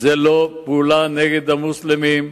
הוא לא פעולה נגד המוסלמים,